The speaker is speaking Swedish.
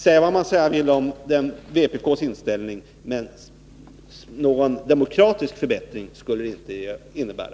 Säga vad man säga vill om vpk:s inställning, men någon demokratisk förbättring skulle den inte innebära.